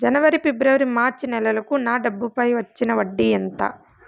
జనవరి, ఫిబ్రవరి, మార్చ్ నెలలకు నా డబ్బుపై వచ్చిన వడ్డీ ఎంత